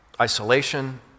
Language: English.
isolation